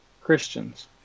christians